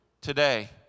today